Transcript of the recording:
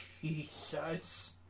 Jesus